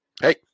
hey